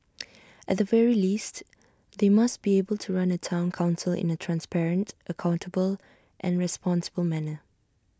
at the very least they must be able to run A Town Council in A transparent accountable and responsible manner